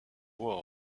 voie